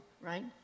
right